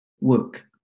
work